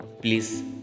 please